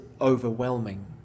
overwhelming